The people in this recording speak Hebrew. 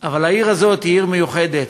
אבל העיר הזאת היא מיוחדת,